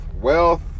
wealth